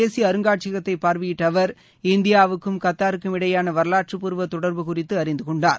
தேசிய அருங்காட்சியகத்தை பார்வையிட்ட அவர் இந்தியாவுக்கும் கத்தாருக்கும் கத்தார் இடையேயான வரலாற்றுப்பூர்வ தொடர்பு குறித்து அறிந்து கொண்டார்